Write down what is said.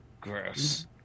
gross